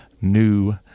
new